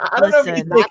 Listen